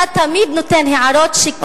אתה תמיד נותן הערות שקצת משנות,